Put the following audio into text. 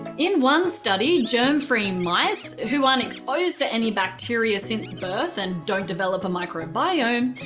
in one study, germ-free mice who aren't exposed to any bacteria since birth and don't develop a microbiome,